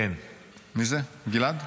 מי זה, גלעד?